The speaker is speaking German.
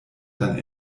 dann